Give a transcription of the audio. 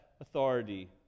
authority